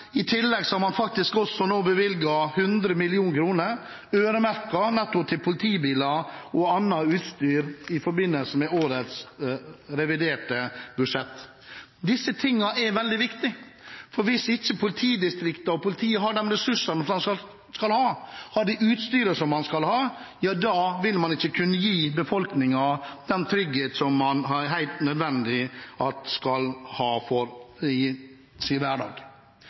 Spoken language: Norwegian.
I tillegg har man nå faktisk også bevilget 100 mill. kr, øremerket nettopp til politibiler og annet utstyr, i forbindelse med årets reviderte budsjett. Disse tingene er veldig viktige, for hvis ikke politidistriktene og politiet har de ressursene og det utstyret de skal ha, vil man ikke kunne gi befolkningen den tryggheten som det er helt nødvendig at de skal ha i sin hverdag.